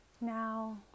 Now